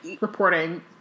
reporting